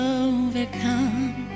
overcome